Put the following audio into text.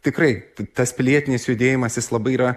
tikrai tas pilietinis judėjimas jis labai yra